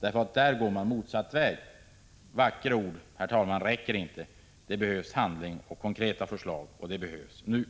Där går man motsatt väg. Vackra ord, herr talman, räcker inte. Det behövs handling och konkreta förslag. Och det behövs nu!